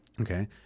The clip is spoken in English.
Okay